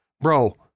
Bro